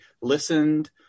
listened